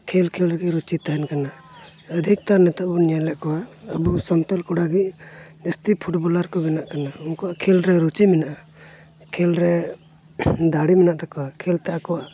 ᱠᱷᱮᱞ ᱠᱷᱮᱞ ᱨᱮᱜᱮ ᱨᱩᱪᱤ ᱛᱟᱦᱮᱱ ᱠᱟᱱᱟ ᱚᱫᱷᱤᱠ ᱛᱚᱨ ᱱᱤᱛᱚᱜ ᱵᱚᱱ ᱧᱮᱞᱮᱫ ᱠᱚᱣᱟ ᱟᱵᱚ ᱥᱟᱱᱛᱟᱲ ᱠᱚᱲᱟ ᱜᱮ ᱡᱟᱹᱥᱛᱤ ᱯᱷᱩᱴᱵᱚᱞᱟᱨ ᱠᱚ ᱵᱮᱱᱟᱜ ᱠᱟᱱᱟ ᱩᱱᱠᱩᱣᱟᱜ ᱠᱷᱮᱞ ᱨᱮ ᱨᱩᱪᱤ ᱢᱮᱱᱟᱜᱼᱟ ᱠᱷᱮᱞ ᱨᱮ ᱫᱟᱲᱮ ᱢᱮᱱᱟᱜ ᱛᱟᱠᱚᱣᱟ ᱠᱷᱮᱞᱛᱮ ᱟᱠᱚᱣᱟᱜ